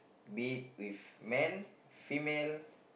be with man female